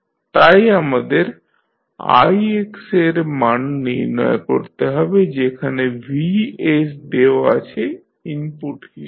তাই আমাদের ix এর মান নির্ণয় করতে হবে যেখানে vs দেওয়া আছে ইনপুট হিসাবে